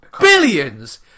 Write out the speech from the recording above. billions